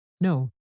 No